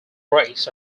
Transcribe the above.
brakes